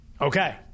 Okay